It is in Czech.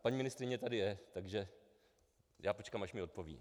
Paní ministryně tady je, takže já počkám, až mi odpoví.